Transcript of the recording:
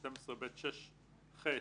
12(ב)(6)(ח),